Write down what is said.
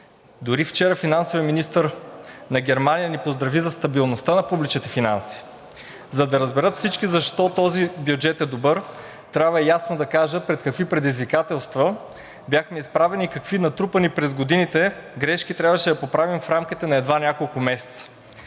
дори вчера финансовият министър на Германия ни поздрави за стабилността на публичните финанси. За да разберат всички защо този бюджет е добър, трябва ясно да кажа пред какви предизвикателства бяхме изправени и какви натрупани през годините грешки трябваше да поправим в рамките на едва няколко месеца